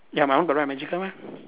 ya my one got write magical mah